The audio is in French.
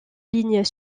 ligne